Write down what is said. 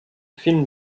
film